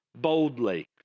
boldly